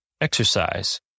exercise